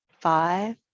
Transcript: five